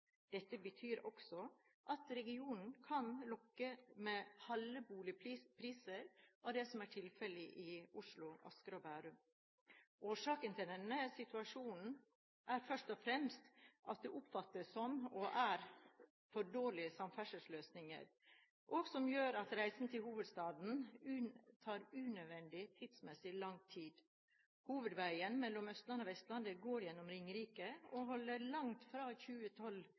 Dette betyr også at regionen kan lokke med halve boligpriser av det som er tilfellet i Oslo, Asker og Bærum. Årsaken til denne situasjonen er først og fremst det som oppfattes som – og er – for dårlige samferdselsløsninger, som gjør at reisen til hovedstaden tar unødvendig lang tid. Hovedveien mellom Østlandet og Vestlandet går gjennom Ringerike og holder langt fra